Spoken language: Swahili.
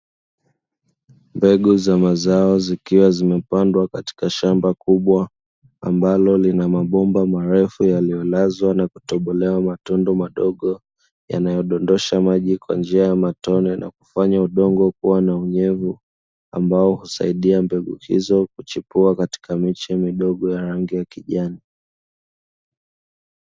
Mbegu za mazao zikiwa zimepandwa katika shamba kubwa ambalo lina mabomba marefu yaliyolazwa na kutobolewa matundu madogo, yanayodondosha maji kwa njia ya matone na kufanya udongo kuwa na unyevu ambao husaidia mbegu hizo kuchipua katika miche midogo ya rangi ya kijani.